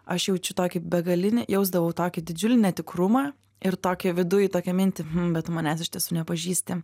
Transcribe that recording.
aš jaučiu tokį begalinį jausdavau tokį didžiulį netikrumą ir tokią viduj tokią mintį bet manęs iš tiesų nepažįsti